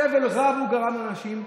סבל רב הוא גרם לאנשים.